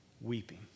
weeping